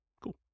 Cool